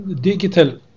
digital